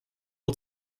old